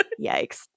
Yikes